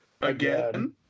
Again